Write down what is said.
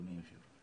אדוני היושב ראש,